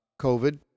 COVID